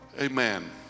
amen